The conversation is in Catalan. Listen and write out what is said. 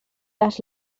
les